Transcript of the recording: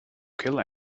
kill